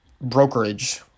brokerage